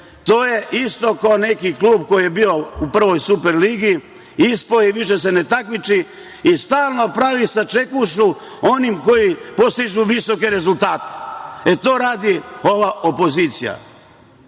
to je isto kao neki klub koji je bio u prvoj super ligi, ispao je i više se ne takmiči i stalno pravi sačekušu onima koji postižu visoke rezultate. E, to radi ova opozicija.